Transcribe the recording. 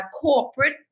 corporate